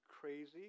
crazy